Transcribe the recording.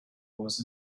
was